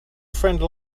friend